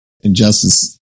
Injustice